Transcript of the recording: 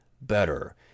better